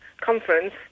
conference